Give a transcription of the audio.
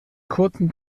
kurzen